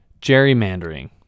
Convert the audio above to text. gerrymandering